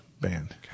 band